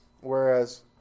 Whereas